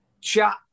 chat